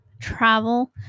travel